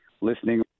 listening